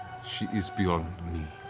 she is beyond me.